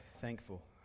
thankful